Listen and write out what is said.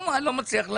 לא, אני לא מצליח להבין.